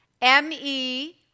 M-E